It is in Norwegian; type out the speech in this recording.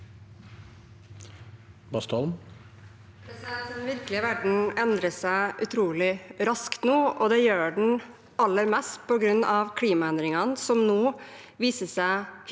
Den virkelige ver- den endrer seg utrolig raskt nå, og det gjør den aller mest på grunn av klimaendringene, som nå viser seg hyppigere